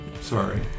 sorry